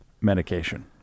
Medication